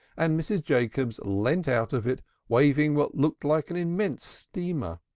and mrs. jacobs leant out of it waving what looked like an immense streamer.